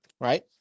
right